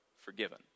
forgiven